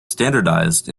standardized